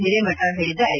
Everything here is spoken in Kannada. ಹಿರೇಮಠ ಹೇಳಿದ್ದಾರೆ